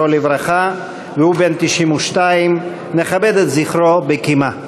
לברכה, והוא בן 92. נכבד את זכרו בקימה.